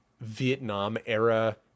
Vietnam-era